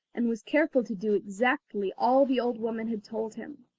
and was careful to do exactly all the old woman had told him.